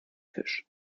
fisch